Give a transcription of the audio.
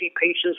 patients